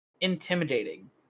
intimidating